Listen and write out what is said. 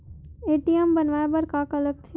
ATM बनवाय बर का का लगथे?